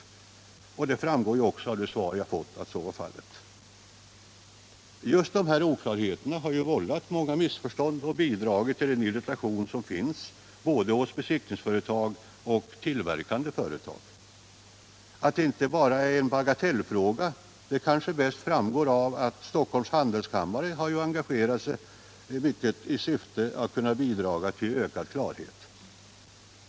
Det framgår också av det svar jag fått att så var fallet. Just dessa oklarheter har vållat många missförstånd och bidragit till den irritation som finns hos både besiktningsföretag och tillverkande företag. Att det inte bara är en bagatellfråga kanske bäst framgår av att Stockholms Handelskammare har engagerat sig mycket i syfte att kunna bidra till ökad klarhet.